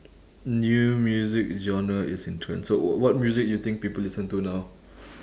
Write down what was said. new music genre is in trend so wh~ what music do you think people listen to now